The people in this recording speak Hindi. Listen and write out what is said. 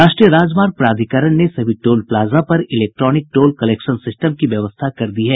राष्ट्रीय राजमार्ग प्राधिकरण ने सभी टोल प्लाजा पर इलैक्ट्रॉनिक टोल कलैक्शन सिस्टम की व्यवस्था कर दी है